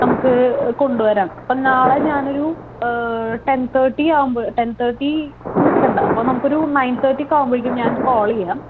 നമുക്ക് കൊണ്ടുവരാം അപ്പോൾ നാളെ ഞാനൊരു ട്ടൻ തേർട്ടി ആകുമ്പോൾ ട്ടൻ തേർട്ടി നിൽക്കേണ്ട അപ്പോൾ നമുക്കൊരു നയൻ തേർട്ടി ആകുമ്പോൾ ഞാൻ കാൾ ചെയ്യാം